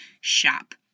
shop